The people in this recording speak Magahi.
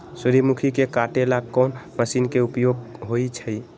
सूर्यमुखी के काटे ला कोंन मशीन के उपयोग होई छइ?